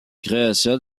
création